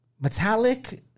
Metallic